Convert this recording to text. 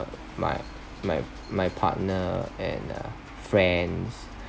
my my my partner and uh friends